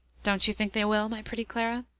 don't you think they will, my pretty clara?